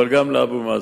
אבל גם לאבו מאזן,